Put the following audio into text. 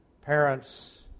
parents